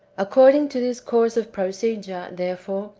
according to this course of procedure, therefore,